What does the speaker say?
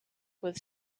with